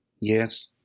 Yes